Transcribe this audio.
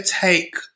take